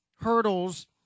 Hurdles